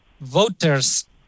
voters